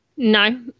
No